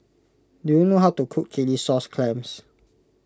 do you know how to cook Chilli Sauce Clams